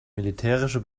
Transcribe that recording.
militärische